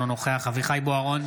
אינו נוכח אביחי אברהם בוארון,